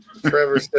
Trevor